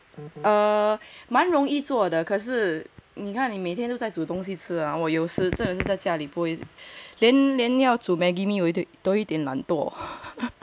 蛮容易做的可是你看你每天都在煮东西吃我有时真的是在家里不会 then 连煮 Maggi mee 我都有一点懒惰